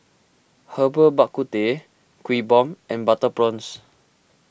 Herbal Bak Ku Teh Kuih Bom and Butter Prawns